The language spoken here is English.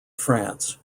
france